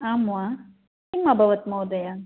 आम् वा किम् अभवत् महोदय